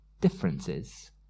differences